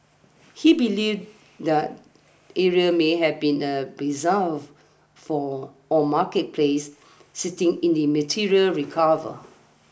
he believed that area may have been a bazaar for or marketplace citing in the material recovered